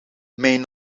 mijn